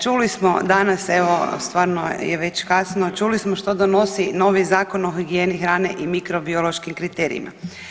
Čuli smo danas evo stvarno je već kasno, čuli smo što donosi novi Zakon o higijeni hrane i mikrobiološkim kriterijima.